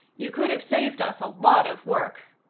you could have saved us a lot of work.